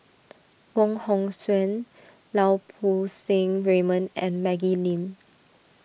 Wong Hong Suen Lau Poo Seng Raymond and Maggie Lim